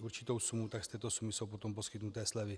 určitou sumu, tak z této sumy jsou potom poskytnuty slevy.